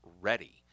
ready